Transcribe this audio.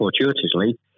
fortuitously